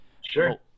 Sure